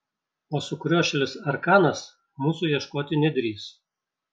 o sukriošėlis arkanas mūsų ieškoti nedrįs